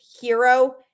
hero